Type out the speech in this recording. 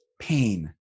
pain